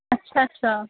اچھا اچھا